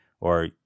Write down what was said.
or-